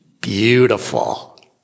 Beautiful